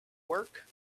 work